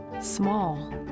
small